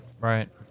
right